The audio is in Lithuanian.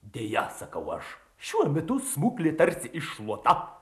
deja sakau aš šiuo metu smuklė tarsi iššluota